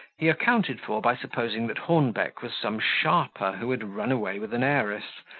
he accounted for, by supposing that hornbeck was some sharper who had run away with an heiress,